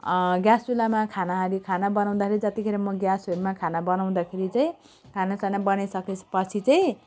gas चुल्हामा खानाहरू खाना बनाउँदारि जतिखेर म ग्यासहरूमा खाना बनाउदाखेरि चाहिँ खानासाना बनाइसके पछि चाहिँ